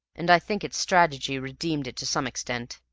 and i think its strategy redeemed it to some extent.